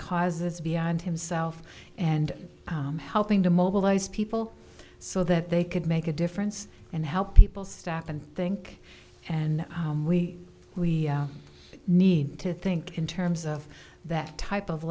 causes beyond himself and helping to mobilize people so that they could make a difference and help people stop and think and we need to think in terms of that type of